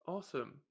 Awesome